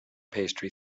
pastry